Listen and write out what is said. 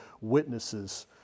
witnesses